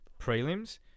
prelims